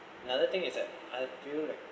another thing is like I feel like